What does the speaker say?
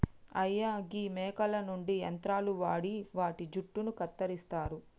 అయ్యా గీ మేకల నుండి యంత్రాలు వాడి వాటి జుట్టును కత్తిరిస్తారు